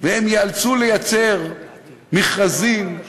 והם יאלצו לייצר מכרזים, ועבודה,